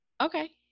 Okay